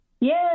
Yes